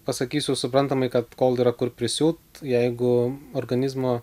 pasakysiu suprantamai kad kol yra kur prisūt jeigu organizmo